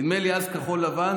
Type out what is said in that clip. נדמה לי שאז זה היה כחול לבן,